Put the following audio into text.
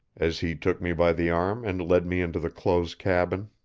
as he took me by the arm and led me into the close cabin.